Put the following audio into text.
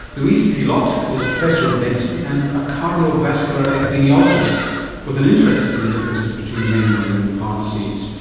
louise pilote is professor of medicine and a cardiovascular epidemiologist with an interest in the differences between men and women with heart disease.